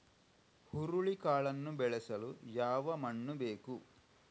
ಹುರುಳಿಕಾಳನ್ನು ಬೆಳೆಸಲು ಯಾವ ಮಣ್ಣು ಬೇಕು?